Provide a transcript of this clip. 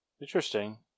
Interesting